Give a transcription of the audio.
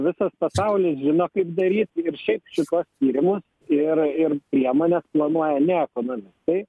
visas pasaulis žino kaip daryt ir šiaip šituos tyrimus ir ir priemones planuoja ne ekonomikai